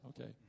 okay